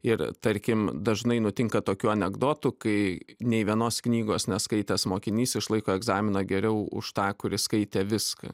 ir tarkim dažnai nutinka tokių anekdotų kai nei vienos knygos neskaitęs mokinys išlaiko egzaminą geriau už tą kuris skaitė viską